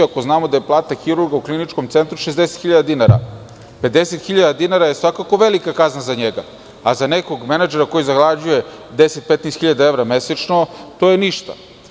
Ako znamo da je plata hirurga u Kliničkom centru 60.000 dinara, svakako je velika kazna 50.000 dinara za njega, a za nekog menadžera koji zarađuje 10-15.000 evra mesečno je ništa.